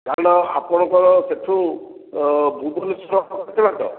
କାରଣ ଆପଣଙ୍କର ସେଇଠୁ ଭୁବନେଶ୍ଵର କେତେ ବାଟ